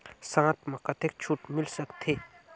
साथ म कतेक छूट मिल सकथे?